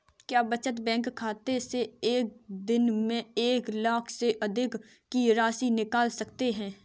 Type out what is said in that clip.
क्या बचत बैंक खाते से एक दिन में एक लाख से अधिक की राशि निकाल सकते हैं?